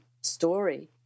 story